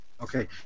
Okay